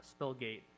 spillgate